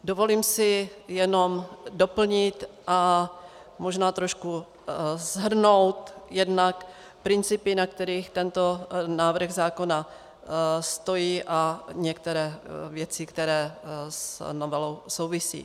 Dovolím si jenom doplnit a možná trošku shrnout jednak principy, na kterých tento návrh zákona stojí, a některé věci, které s novelou souvisí.